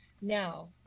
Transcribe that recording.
Now